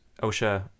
OSHA